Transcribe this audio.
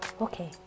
okay